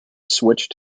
switched